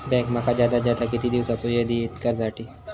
Bank माका जादात जादा किती दिवसाचो येळ देयीत कर्जासाठी?